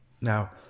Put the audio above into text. Now